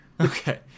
Okay